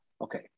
Okay